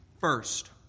First